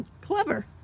clever